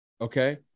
Okay